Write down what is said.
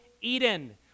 Eden